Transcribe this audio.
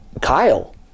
Kyle